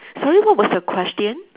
sorry what was the question